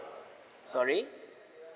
sorry